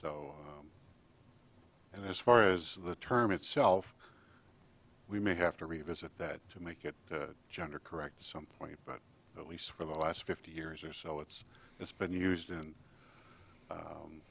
so and as far as the term itself we may have to revisit that to make it gender correct some point but at least for the last fifty years or so it's it's been used